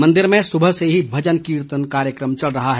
मंदिर में सुबह से ही भजन कीर्तन कार्यक्रम चल रहा है